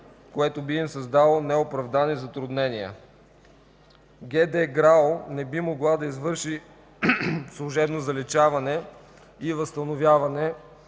което би им създало неоправдани затруднения. ГД „ГРАО” не би могла да извърши служебно заличаване и възстановяване,